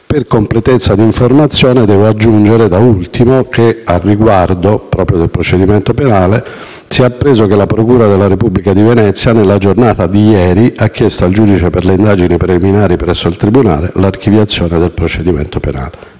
Per completezza di informazione, aggiungo da ultimo che al riguardo si è appreso che la procura della Repubblica di Venezia, nella giornata di ieri, ha chiesto al giudice per le indagini preliminari presso il tribunale l'archiviazione del procedimento penale.